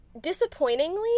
disappointingly